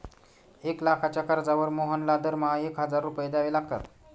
एक लाखाच्या कर्जावर मोहनला दरमहा एक हजार रुपये द्यावे लागतात